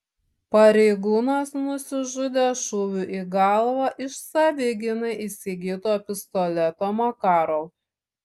pareigūnas nusižudė šūviu į galvą iš savigynai įsigyto pistoleto makarov